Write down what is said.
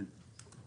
אין?